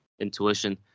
intuition